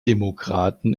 demokraten